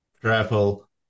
Travel